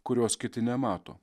kurios kiti nemato